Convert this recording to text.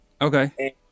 Okay